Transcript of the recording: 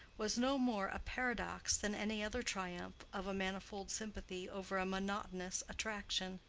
was no more a paradox than any other triumph of a manifold sympathy over a monotonous attraction.